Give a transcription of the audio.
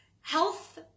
Health